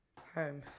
home